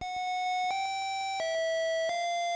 16:05:08